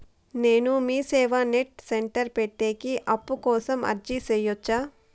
నేను MeeSeva net centre పెట్టేకి అప్పు కోసం అర్జీ సేయొచ్చా?